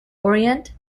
orient